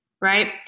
right